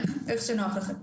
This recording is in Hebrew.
איך שנוח לכם.